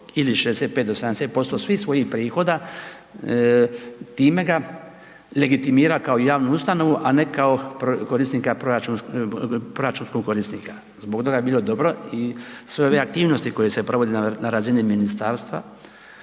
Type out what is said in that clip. ili 65 do 70% svih svojih prihoda, time ga legitimira kao javnu ustanovu a ne kao proračunskog korisnika, zbog toga bi bilo dobro i sve ove aktivnosti koje se provode na razini ministarstva